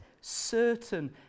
certain